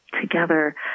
together